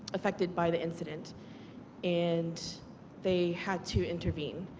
affected by the incident and they had to intervene.